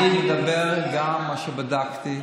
אני מדבר גם על מה שבדקתי.